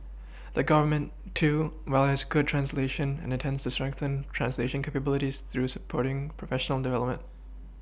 the Government too values good translation and intends to strengthen translation capabilities through supporting professional development